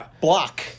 block